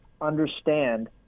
understand